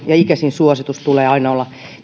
ja icesin suosituksen tulee aina olla